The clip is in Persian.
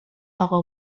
اقا